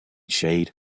shade